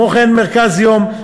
כמו: מרכז יום,